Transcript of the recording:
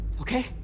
Okay